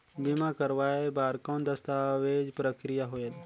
बीमा करवाय बार कौन दस्तावेज प्रक्रिया होएल?